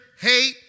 hate